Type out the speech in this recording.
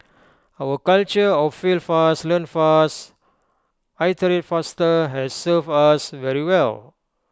our culture of 'fail fast learn fast iterate faster' has served us very well